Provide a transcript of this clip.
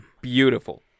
Beautiful